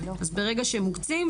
אז ברגע שמוקצים,